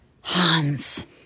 Hans